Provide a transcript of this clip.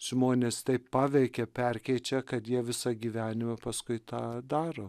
žmones taip paveikia perkeičia kad jie visą gyvenimą paskui tą daro